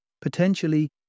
potentially